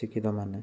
ଶିକ୍ଷିତମାନେ